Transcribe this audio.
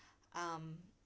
um